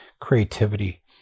creativity